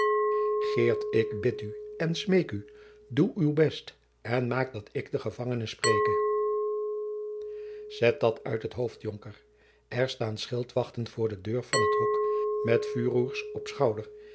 ik bid u en smeek u doe uw best en maak dat ik den gevangene spreke zet dat uit het hoofd jonker er staan schildwachten voor de deur van het hok met vuurroers op schouder